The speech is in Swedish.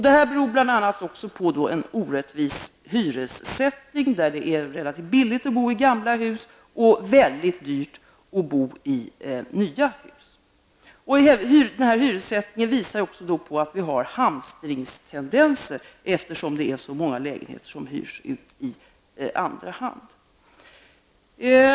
Detta beror bl.a. på en orättvis hyressättning där det är relativt billigt att bo i gamla hus och mycket dyrt att bo i nya hus. Denna hyressättning visar också att det finns hamstringstendenser, eftersom det är så många lägenheter som hyrs ut i andra hand.